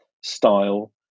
style